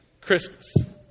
Christmas